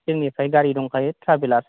जोंनिफ्राय गारि दंखायो ट्राभेलार